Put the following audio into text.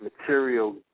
material